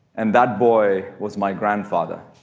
and that boy was my grandfather.